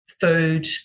food